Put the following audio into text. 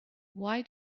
why